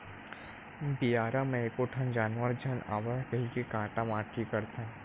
बियारा म एको ठन जानवर झन आवय कहिके काटा माटी करथन